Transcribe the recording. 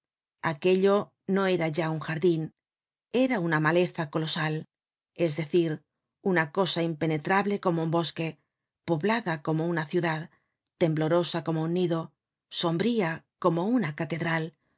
aquello no era ya un jardin era una maleza colosal es decir una cosa impenetrable como un bosque poblada como una ciudad temblorosa como un nido sombría como una catedral